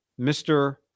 Mr